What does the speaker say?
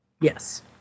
Yes